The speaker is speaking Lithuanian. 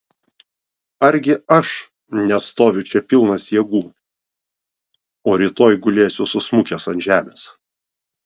argi aš nestoviu čia pilnas jėgų o rytoj gulėsiu susmukęs ant žemės